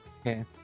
Okay